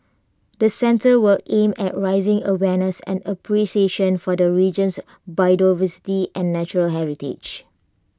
the centre will aim at raising awareness and appreciation for the region's biodiversity and natural heritage